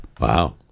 wow